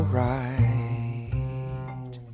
right